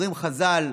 אומרים חז"ל,